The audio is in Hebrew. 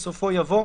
בסופו יבוא: